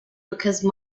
because